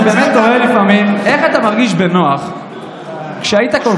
אני באמת תוהה לפעמים איך אתה מרגיש בנוח כשהיית כל